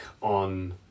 on